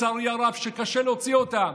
שקשה להוציא אותה,